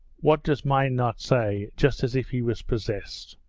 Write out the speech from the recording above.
what does mine not say! just as if he was possessed